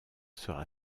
sera